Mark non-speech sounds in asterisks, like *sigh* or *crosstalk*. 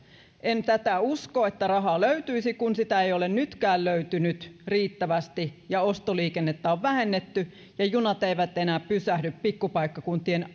en usko että rahaa löytyisi kun sitä ei ole nytkään löytynyt riittävästi ostoliikennettä on vähennetty ja junat eivät enää pysähdy pikkupaikkakuntien *unintelligible*